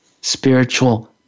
spiritual